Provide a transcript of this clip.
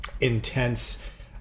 intense